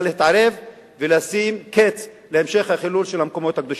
להתערב ולשים קץ להמשך החילול של המקומות הקדושים.